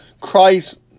Christ